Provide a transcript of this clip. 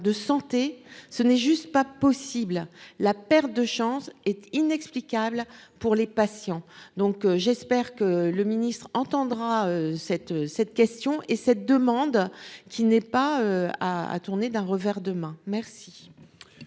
de santé, ce n'est juste pas possible. La perte de chance et inexplicable pour les patients, donc j'espère que le ministre entendra cette cette question et cette demande qui n'est pas à à tourner d'un revers de main. Merci.